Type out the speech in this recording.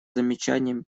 замечаниями